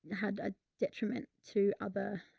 had a detriment to other,